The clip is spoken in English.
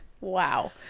Wow